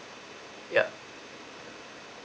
yup